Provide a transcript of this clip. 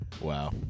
Wow